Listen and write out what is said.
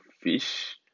fish